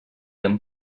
amb